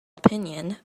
opinion